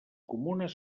comunes